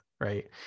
right